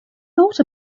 thought